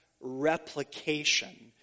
replication